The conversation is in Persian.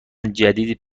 جدید